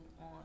on